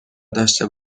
داشته